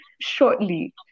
shortly